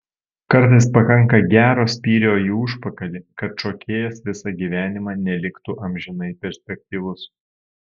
kartais pakanka gero spyrio į užpakalį kad šokėjas visą gyvenimą neliktų amžinai perspektyvus